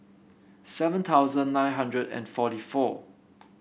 seven thousand nine hundred and forty four